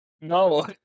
no